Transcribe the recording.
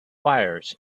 fires